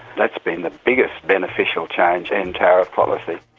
that's been the biggest beneficial change in tariff policy.